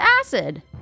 acid